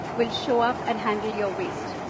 will show up and handle your waste.